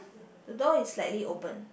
the door is slightly open